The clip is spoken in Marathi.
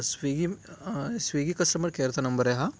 स्विगी स्विगी कस्टमर केअरचा नंबर आहे हा